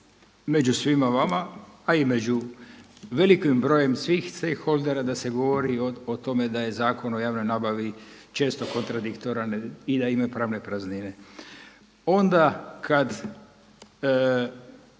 među svima vama, a i među velikim brojem svih stake holdera da se govori i o tome da je Zakon o javnoj nabavi često kontradiktoran i da imaju pravne praznine. Onda kad